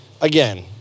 Again